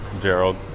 Gerald